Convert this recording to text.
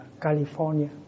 California